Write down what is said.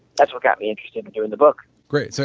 that's what got me interested in doing the book great. so